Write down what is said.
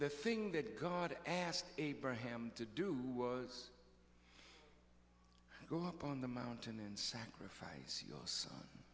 the thing that god asked abraham to do was go up on the mountain and sacrifice your son